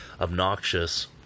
obnoxious